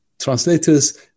translators